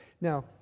Now